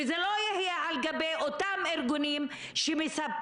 וזה לא יהיה על גבי אותם ארגונים שמספקים